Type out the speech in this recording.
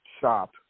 shop